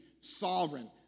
sovereign